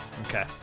Okay